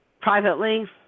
privately